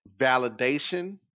validation